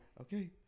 okay